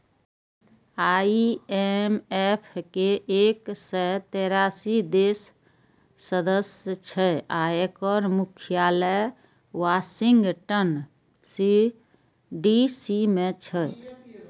IMF के एक सय तेरासी देश सदस्य छै आ एकर मुख्यालय वाशिंगटन डी.सी मे छै